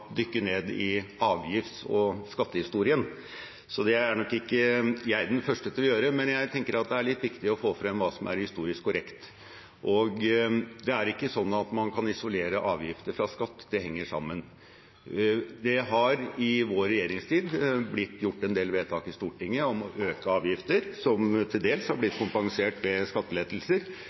avgifts- og skattehistorien. Det er nok ikke jeg den første til å gjøre, men jeg tenker at det er litt viktig å få frem hva som er historisk korrekt. Det er ikke slik at man kan isolere avgifter fra skatt, det henger sammen. I vår regjeringstid har det blitt gjort en del vedtak i Stortinget om å øke avgifter, som til dels har blitt kompensert med skattelettelser,